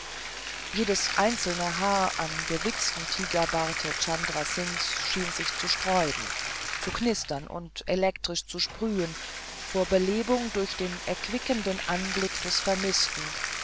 jedes einzelne haar im gewichsten tigerbarte chandra singhs schien sich zu sträuben zu knistern und elektrisch zu sprühen vor belebung durch den erquickenden anblick des vermißten